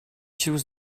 choose